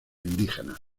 indígenas